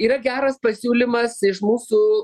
yra geras pasiūlymas iš mūsų